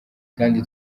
kandi